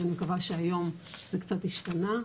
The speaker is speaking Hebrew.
אז אני מקווה שהיום זה קצת השתנה,